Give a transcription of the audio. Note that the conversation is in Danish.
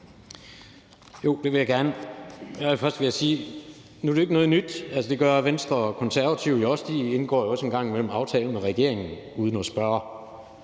Først vil jeg sige, at det jo ikke er noget nyt. Det gør Venstre og Konservative jo også; de indgår jo også en gang imellem aftale med regeringen uden at spørge